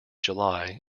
july